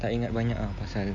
tak ingat banyak ah pasal